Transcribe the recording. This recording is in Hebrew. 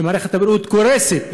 כשמערכת הבריאות קורסת,